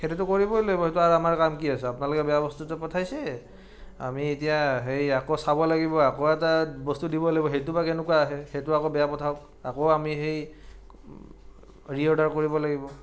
সেইটোতো কৰিবই লাগিব সেইটোত আৰু আমাৰ কাম কি আছে আপোনালোকে বেয়া বস্তুটো পঠাইছেই আমি এতিয়া সেই আকৌ চাব লাগিব আকৌ এটা বস্তু দিব লাগিব সেইটো বা কেনেকুৱা আহে সেইটো আকৌ বেয়া পঠাওক আকৌ আমি সেই ৰি অৰ্ডাৰ কৰিব লাগিব